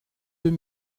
deux